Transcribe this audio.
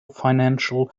financial